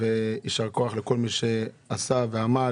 יותר יקר על החשמל,